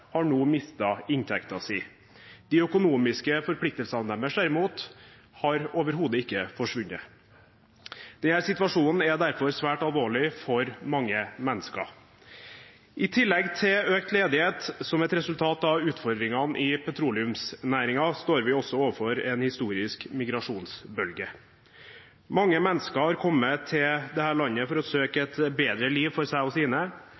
har nå mistet inntekten sin. De økonomiske forpliktelsene deres, derimot, har overhodet ikke forsvunnet. Denne situasjonen er derfor svært alvorlig for mange mennesker. I tillegg til økt ledighet som et resultat av utfordringene i petroleumsnæringen står vi overfor en historisk migrasjonsbølge. Mange mennesker har kommet til dette landet for å søke et bedre liv for seg og sine.